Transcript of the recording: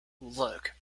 look